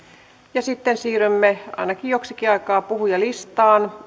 venäjälle sitten siirrymme ainakin joksikin aikaa puhujalistaan